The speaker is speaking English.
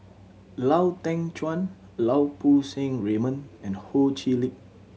Lau Teng Chuan Lau Poo Seng Raymond and Ho Chee Lick